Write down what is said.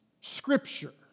Scripture